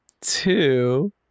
two